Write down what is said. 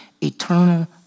eternal